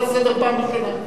אני קורא אותך לסדר פעם שנייה.